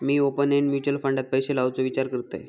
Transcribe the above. मी open end mutual फंडात पैशे लावुचो विचार करतंय